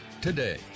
today